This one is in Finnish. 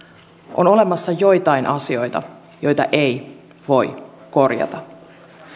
on olemassa joitain asioita joita ei voi korjata